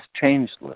changeless